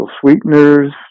sweeteners